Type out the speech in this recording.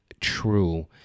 true